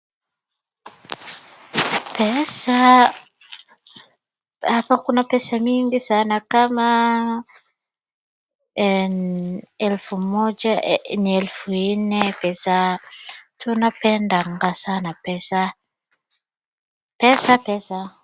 Pesa, hapa kuna pesa mingi sana kama elfu moja na elfu nne pesa tunapendanga sana pesa, pesa pesa.